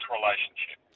relationship